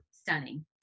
stunning